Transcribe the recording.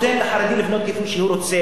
למה אתה נותן לחרדי לבנות כפי שהוא רוצה,